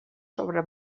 sobre